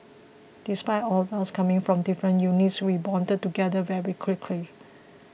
despite all of us coming from different units we bonded together very quickly